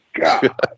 god